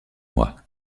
mois